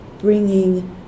bringing